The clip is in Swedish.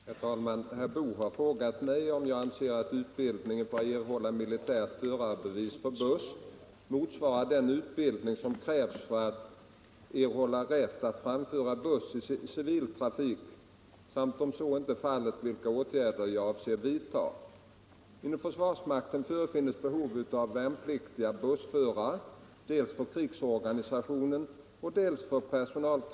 Herr talman! Herr Boo har frågat mig om jag anser att utbildningen för att erhålla militärt förarbevis för buss motsvarar den utbildning som krävs för att erhålla rätt att framföra buss i civil trafik samt, om så icke är fallet, vilka åtgärder jag avser vidtaga.